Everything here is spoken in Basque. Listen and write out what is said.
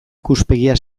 ikuspegia